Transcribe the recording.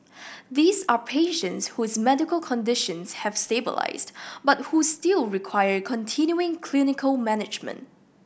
these are patients whose medical conditions have stabilised but who still require continuing clinical management